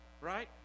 right